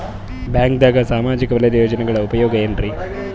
ಬ್ಯಾಂಕ್ದಾಗ ಸಾಮಾಜಿಕ ವಲಯದ ಯೋಜನೆಗಳ ಉಪಯೋಗ ಏನ್ರೀ?